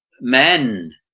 men